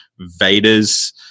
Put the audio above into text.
Vader's